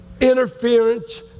interference